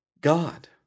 God